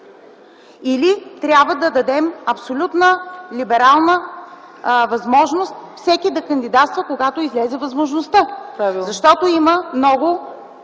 или да дадем абсолютно либерална възможност всеки да кандидатства, когато излезе възможността, защото има много